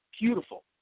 beautiful